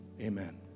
amen